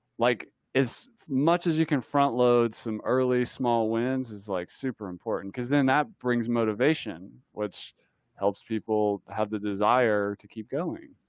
like as much as you can front load some early small wins is like super important because then that brings motivation, which helps people have the desire to keep going.